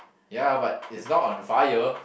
ya but is not on a fire